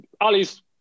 Alice